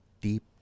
deep